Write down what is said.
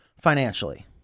financially